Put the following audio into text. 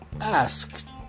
ask